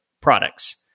products